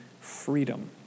freedom